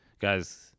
guys